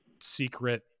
secret